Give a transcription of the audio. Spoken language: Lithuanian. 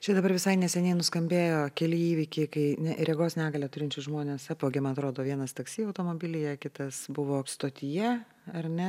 čia dabar visai neseniai nuskambėjo keli įvykiai kai ne regos negalią turinčius žmones apvogė man atrodo vienas taksi automobilyje kitas buvo stotyje ar ne